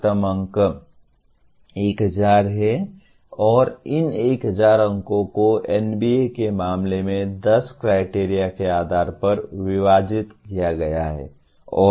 अधिकतम अंक 1000 हैं और इन 1000 अंकों को NBA के मामले में 10 क्राइटेरिया के आधार पर विभाजित किया गया है